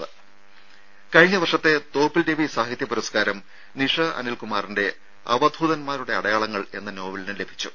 രുമ കഴിഞ്ഞ വർഷത്തെ തോപ്പിൽ രവി സാഹിത്യപുരസ്ക്കാരം നിഷ അനിൽകുമാറിന്റെ അവധൂതൻമാരുടെ അടയാളങ്ങൾ എന്ന നോവലിന് ലഭിച്ചു